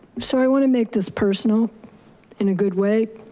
so i want to make this personal in a good way.